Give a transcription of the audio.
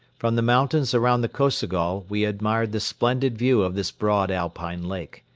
from the mountains around the kosogol we admired the splendid view of this broad alpine lake.